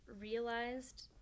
realized